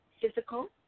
physical